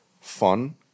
fun